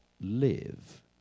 live